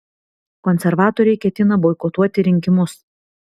konservatoriai ketina boikotuoti rinkimus